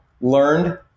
learned